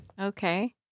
Okay